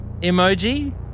emoji